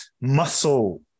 muscle